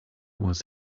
was